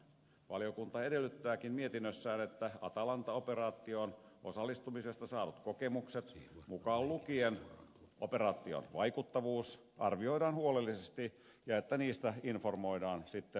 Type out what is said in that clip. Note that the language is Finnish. valiokunta edellyttääkin mietinnössään että atalanta operaatioon osallistumisesta saadut kokemukset mukaan lukien operaation vaikuttavuus arvioidaan huolellisesti ja että niistä informoidaan sitten eduskuntaa